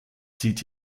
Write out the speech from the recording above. sieht